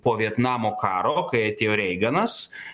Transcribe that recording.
po vietnamo karo kai atėjo reiganas